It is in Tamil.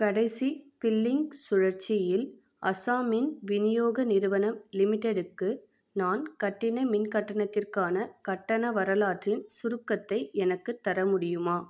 கடைசி பில்லிங் சுழற்சி இல் அசாம் மின் விநியோக நிறுவனம் லிமிட்டெடுக்கு நான் கட்டின மின் கட்டணத்திற்கான கட்டண வரலாற்றின் சுருக்கத்தை எனக்குத் தர முடியுமா